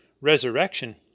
resurrection